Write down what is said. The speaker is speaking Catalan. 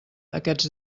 aquests